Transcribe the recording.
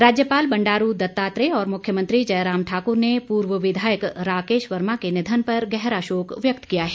राज्यपाल बंडारू दत्तात्रेय और मुख्यमंत्री जयराम ठाक्र ने पूर्व विधायक राकेश वर्मा के निधन पर गहरा शोक व्यक्त किया है